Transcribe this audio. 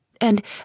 And